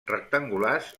rectangulars